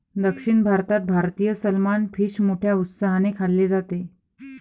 दक्षिण भारतात भारतीय सलमान फिश मोठ्या उत्साहाने खाल्ले जाते